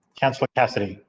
councillor cassidy.